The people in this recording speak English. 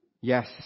Yes